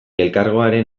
elkargoaren